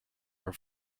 are